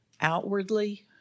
Outwardly